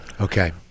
Okay